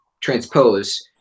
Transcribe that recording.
transpose